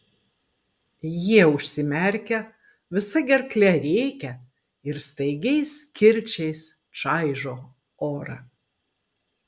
jie užsimerkia visa gerkle rėkia ir staigiais kirčiais čaižo orą